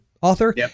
author